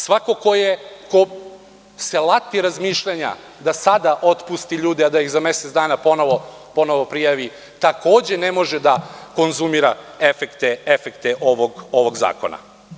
Svako ko se lati razmišljanja da sada otpusti ljude, a da ih za mesec dana ponovo prijavi, takođe ne može da konzumira efekte ovog zakona.